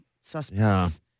suspects